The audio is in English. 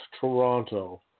Toronto